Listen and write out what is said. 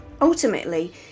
Ultimately